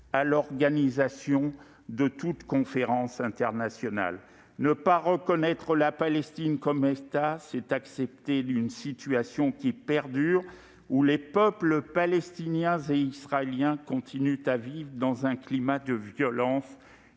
à l'organisation de toute conférence internationale. Ne pas reconnaître la Palestine comme État, c'est accepter que la situation actuelle perdure et que les peuples palestinien et israélien continuent à vivre dans un climat de violence